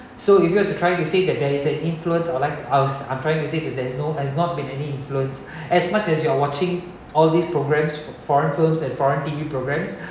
so if you were to try to say that there is an influence I would like to I was I'm trying to say that there's no has not been any influence as much as you're watching all these programs for foreign films and foreign T_V programmes